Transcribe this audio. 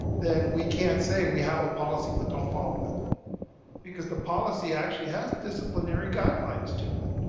then we can't say we have a policy, but don't follow it because the policy actually has disciplinary guidelines to it.